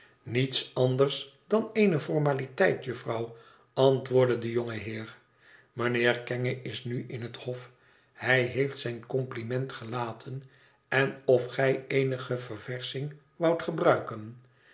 niets anders dan eene formaliteit jufvrouw antwoordde de jongeheer mijnheer kenge is nu in het hof hij heeft zijn compliment gelaten en of gij eenige verversching woudt gebruiken